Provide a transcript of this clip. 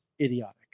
idiotic